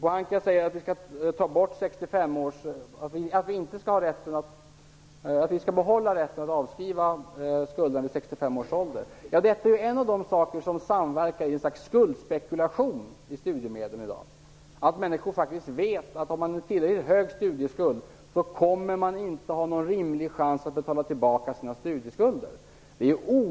Pohanka säger att vi skall behålla rätten att avskriva skulderna vid 65 års ålder. Det är en av de saker som samverkar i ett slags skuldspekulation i studiemedel i dag. Människor vet att man inte kommer att ha någon rimlig chans att betala tillbaka sina studieskulder om de är tillräckligt höga.